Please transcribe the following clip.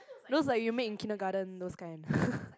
those like you make in kindergarten those kind